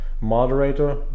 moderator